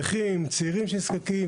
נכים וצעירים שנזקקים,